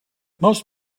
most